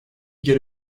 geri